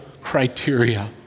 criteria